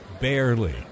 barely